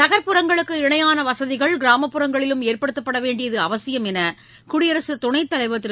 நகர்ப்புறங்களுக்கு இணையானவசதிகள் கிராமப்புறங்களிலும் ஏற்படுத்தப்படவேண்டியதுஅவசியம் எனகுடியரசுதுணைத்தலைவர் திரு